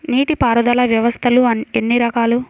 నీటిపారుదల వ్యవస్థలు ఎన్ని రకాలు?